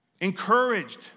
encouraged